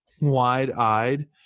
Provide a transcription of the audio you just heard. wide-eyed